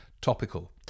topical